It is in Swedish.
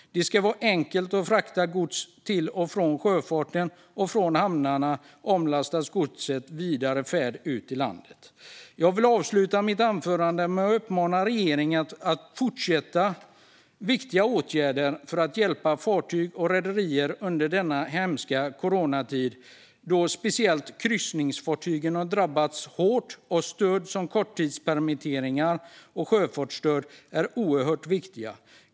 Det ska vara enkelt att frakta gods till och från sjöfart och att från hamnarna omlasta godset för vidare färd ut i landet. Jag vill avsluta mitt anförande med att uppmana regeringen att fortsätta med viktiga åtgärder för att hjälpa fartyg och rederier under denna hemska coronatid, då speciellt kryssningsfartygen har drabbats hårt och stöd som korttidspermitteringar och sjöfartsstöd är oerhört viktiga.